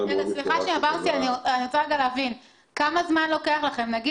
אני רוצה להבין כמה זמן לוקח לכם להודיע